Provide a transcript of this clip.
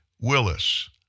Willis